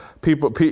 people